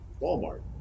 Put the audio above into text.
Walmart